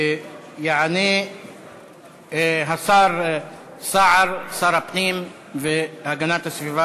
יענה השר סער, שר הפנים והגנת הסביבה.